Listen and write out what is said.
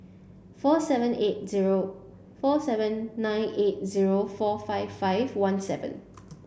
four seven eight zero four seven nine eight zero four five five one seven